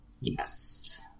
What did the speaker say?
Yes